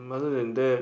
other than that